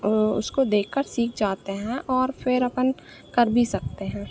ओ उसको देखकर सीख जाते हैं और फ़िर अपन कर भी सकते हैं